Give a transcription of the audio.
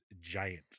giant